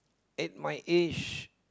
at my age